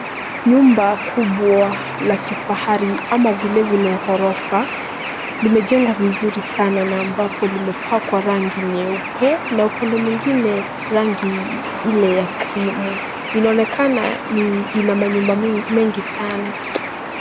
Nyumba kubwa la kifahari ama vilevile ghorofa, limejengwa vizuri sana na ambapo limepakwa rangi nyeupe na upande mwingine rangi ile ya krimu, inaonekana ni ina manyumba mengi sana.